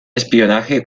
espionaje